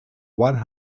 one